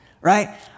right